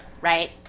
Right